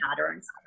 patterns